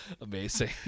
Amazing